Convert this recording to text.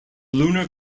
lunar